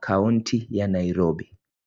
kaunti ya Nairobi.